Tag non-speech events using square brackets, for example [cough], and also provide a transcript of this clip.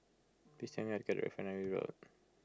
please [unintelligible] get Refinery Road